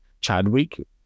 Chadwick